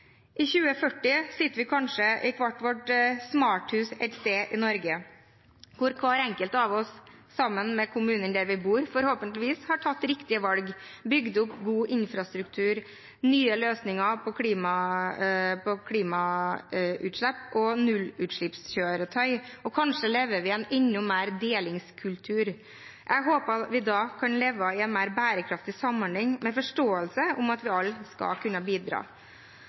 I 2040 sitter vi kanskje i hvert vårt smarthus et sted i Norge, hvor hver enkelt av oss, sammen med kommunen vi bor i, forhåpentligvis har tatt riktige valg, har bygd opp god infrastruktur, har fått nye løsninger på klimautslippene og har nullutslippskjøretøy. Kanskje lever vi også i et samfunn enda mer preget av en delingskultur. Jeg håper at vi da lever i en mer bærekraftig samhandling, med forståelse om at vi alle skal kunne bidra.